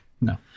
No